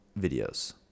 videos